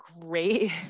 great